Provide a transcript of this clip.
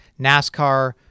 NASCAR